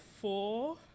four